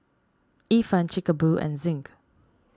Ifan Chic A Boo and Zinc